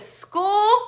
school